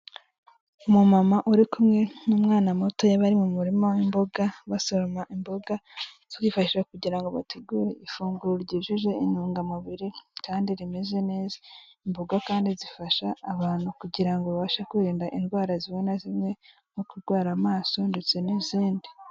Umu mama uri kumwe n'umwana mutoya, bari mu murima w'imboga, basoroma imboga, bazifashisha kugira ngo bategure ifunguro ryujuje intungamubiri, kandi rimeze neza, imboga kandi zifasha abantu kugira ngo babashe kwirinda indwara zimwe na zimwe, nko kurwara amaso ndetse n'izindi.